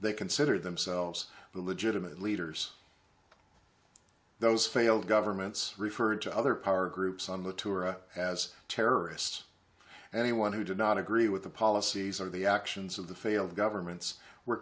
they consider themselves the legitimate leaders those failed governments referred to other power groups on the tour as terrorists and the one who did not agree with the policies or the actions of the failed governments were